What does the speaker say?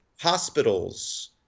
hospitals